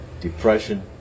depression